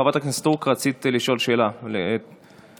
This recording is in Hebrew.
חברת הכנסת סטרוק, רצית לשאול שאלה את השרה.